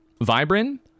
vibrant